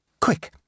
Quick